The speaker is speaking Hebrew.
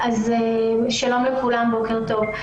שלום לכולם, בוקר טוב.